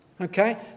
okay